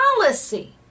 policy